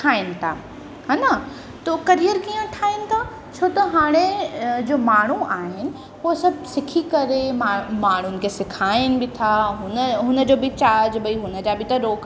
ठाहिनि था हा न त करियर कीअं ठाहिनि था छो त हाणे जो माण्हू आहिनि उहो सभु सिखी करे मा माण्हुनि खे सेखारिनि बि था हुनजो हुनजो बि चार्ज भई हुनजा बि त रोक